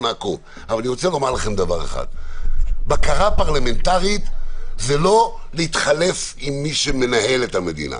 אבל בקרה פרלמנטרית זה לא להתחלף עם מי שמנהל את המדינה,